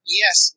yes